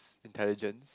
intelligent